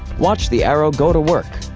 watch the arrow go to work!